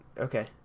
Okay